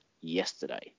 yesterday